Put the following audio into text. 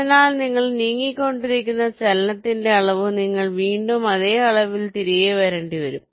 അതിനാൽ നിങ്ങൾ നീക്കിക്കൊണ്ടിരിക്കുന്ന ചലനത്തിന്റെ അളവ് നിങ്ങൾ വീണ്ടും അതേ അളവിൽ തിരികെ വരേണ്ടിവരും